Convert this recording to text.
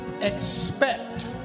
expect